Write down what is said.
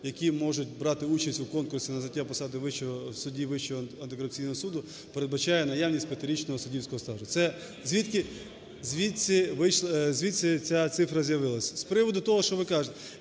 які можуть брати участь у конкурсі на зайняття посади… судді Вищого антикорупційного суду передбачає наявність 5-річного суддівського стажу. Це звідки… (Шум у залі) Звідси ця цифра з'явилася. З приводу того, що ви кажете.